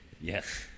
Yes